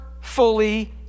fully